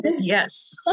yes